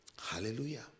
Hallelujah